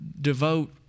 devote